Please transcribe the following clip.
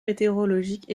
météorologiques